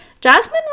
Jasmine